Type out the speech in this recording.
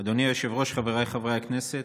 אדוני היושב-ראש, חבריי חברי הכנסת,